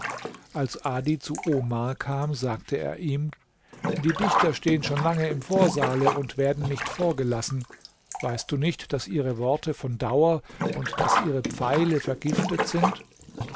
als adi zu omar kam sagte er ihm die dichter stehen schon lange im vorsaale und werden nicht vorgelassen weißt du nicht daß ihre worte von dauer und daß ihre pfeile vergiftet sind